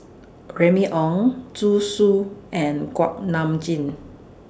Remy Ong Zhu Xu and Kuak Nam Jin